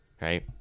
right